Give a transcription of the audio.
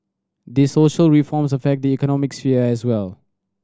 these social reforms affect the economic sphere as well